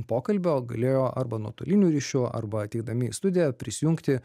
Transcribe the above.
pokalbio galėjo arba nuotoliniu ryšiu arba ateidami į studiją prisijungti